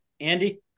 Andy